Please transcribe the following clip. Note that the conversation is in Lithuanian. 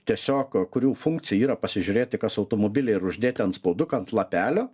tiesiog kurių funkcija yra pasižiūrėti kas automobilyje ir uždėti antspauduką ant lapelio